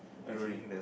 okay